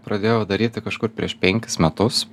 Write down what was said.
pradėjau daryti kažkur prieš penkis metus